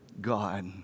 God